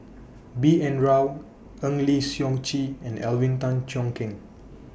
B N Rao Eng Lee Seok Chee and Alvin Tan Cheong Kheng